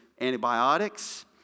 antibiotics